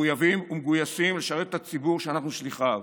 מחויבים ומגויסים לשרת את הציבור שאנחנו שליחיו